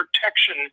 protection